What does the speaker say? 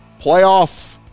playoff